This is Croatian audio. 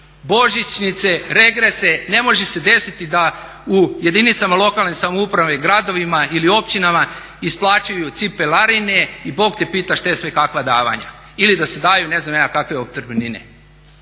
božićnice, regrese, ne može se desiti da u jedinicama lokalne samouprave i gradovima ili općinama isplaćuju cipelarine i Bog te pitaj šta sve, kakva davanja ili da se daju ne znam kakve opskrbnine.